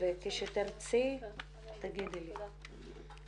וכשתרצי לדבר תגידי לי.